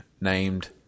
named